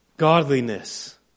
Godliness